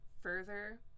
further